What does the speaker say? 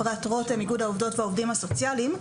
איגוד העובדות והעובדים הסוציאליים.